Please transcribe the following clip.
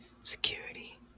security